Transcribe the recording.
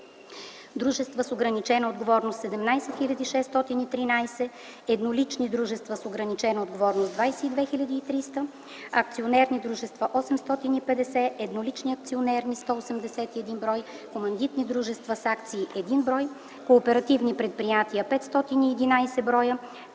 дружества с ограничена отговорност – 17 хил. 613, еднолични дружества с ограничена отговорност – 22 хил. 300, акционерни дружества – 850, еднолични акционерни дружества – 181, командитни дружества с акции – 1 брой, кооперативни предприятия – 511 броя,